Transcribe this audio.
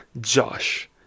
Josh